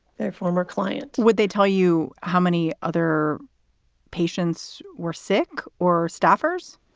their former clients would they tell you how many other patients were sick or staffers?